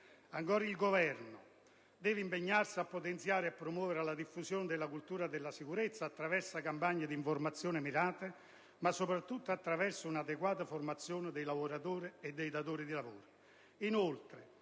il Governo deve impegnarsi a potenziare e promuovere la diffusione della cultura della sicurezza, attraverso campagne di informazione mirate, ma soprattutto attraverso un'adeguata formazione dei lavoratori e dei datori di lavoro.